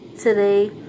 today